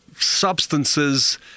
substances